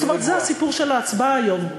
זאת אומרת, זה הסיפור של ההצבעה היום.